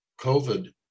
COVID